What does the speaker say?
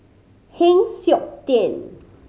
Heng Siok Tian